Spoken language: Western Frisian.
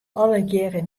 allegearre